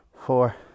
four